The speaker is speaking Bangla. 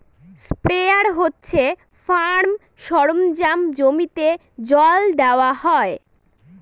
স্প্রেয়ার হচ্ছে ফার্ম সরঞ্জাম জমিতে জল দেওয়া হয়